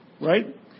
Right